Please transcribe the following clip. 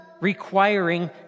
requiring